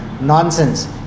nonsense